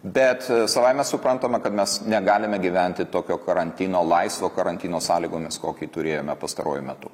bet savaime suprantama kad mes negalime gyventi tokio karantino laisvo karantino sąlygomis kokį turėjome pastaruoju metu